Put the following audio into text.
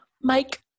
Mike